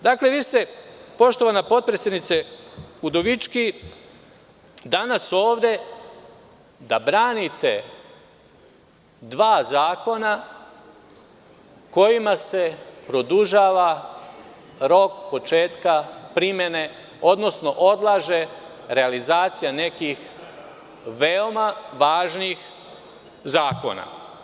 Dakle, poštovana potpredsednice Udovički, vi ste danas ovde da branite dva zakona kojima se produžava rok početka primena, odnosno odlaže realizacija nekih veoma važnih zakona.